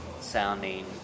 sounding